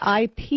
IP